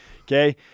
Okay